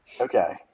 Okay